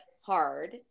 hard